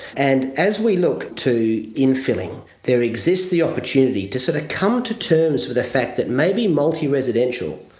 and as we look to infilling, there exists the opportunity to sort of come to terms with the fact that maybe multi-residential,